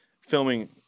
filming